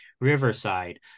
Riverside